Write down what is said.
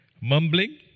mumbling